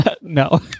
No